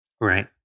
Right